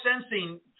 sensing